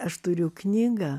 aš turiu knygą